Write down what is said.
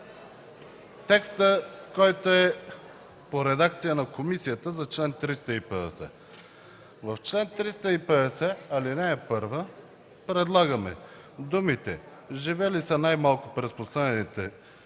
текста, който е по редакция на комисията за чл. 350. В чл. 350, ал. 1 предлагаме думите „живели са най-малко през последните